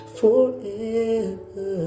forever